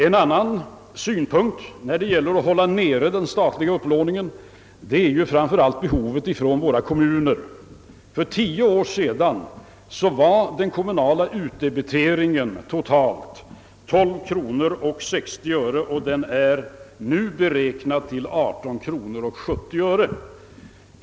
En annan synpunkt när det gäller att hålla nere den statliga upplåningen är framför allt behovet från våra kommuner. För tio år sedan var den kommunala utdebiteringen totalt 12 kronor 60 öre, och den är nu beräknad till 18 kronor 70 öre.